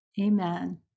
Amen